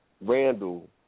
Randall